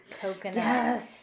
coconut